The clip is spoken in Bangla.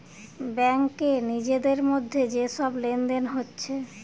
ব্যাংকে নিজেদের মধ্যে যে সব লেনদেন হচ্ছে